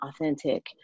authentic